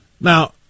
Now